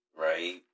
right